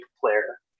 player